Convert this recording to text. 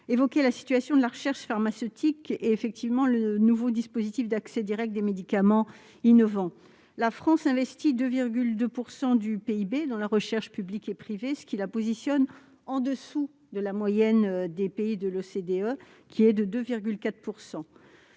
évoquer la situation de la recherche pharmaceutique et le nouveau dispositif d'accès direct des médicaments innovants. La France investit 2,2 % du PIB dans la recherche publique et privée, ce qui la place sous la moyenne des pays de l'OCDE, qui est de 2,4 %.